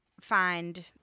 find